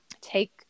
take